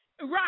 Right